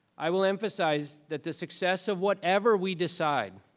i will emphasize that the success of whatever we decide